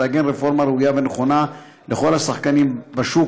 שיעגנו רפורמה ראויה ונכונה לכל השחקנים בשוק,